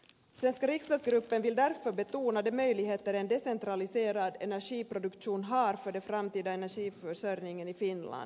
svenska riksdagsgruppen vill därför betona de möjligheter en decentraliserad energiproduktion har för den framtida energiförsörjningen i finland